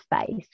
space